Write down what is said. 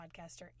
podcaster